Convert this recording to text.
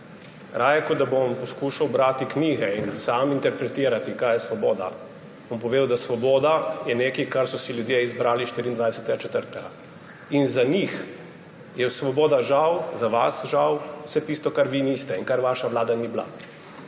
Raje kot da bom poskušal brati knjige in sam interpretirati, kaj je svoboda, bom povedal, da je svoboda nekaj, kar so si ljudje izbrali 24. 4. Za njih je svoboda žal, za vas žal, vse tisto, kar vi niste in kar vaša vlada ni bila.